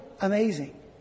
amazing